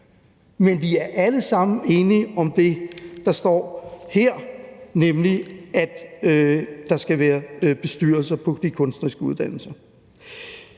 Men vi er alle sammen enige om det, der står her, nemlig at der skal være bestyrelser på de kunstneriske uddannelser.